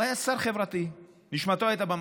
והוא היה שר חברתי, נשמתו הייתה במקום.